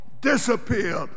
disappeared